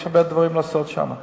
יש הרבה דברים לעשות שם.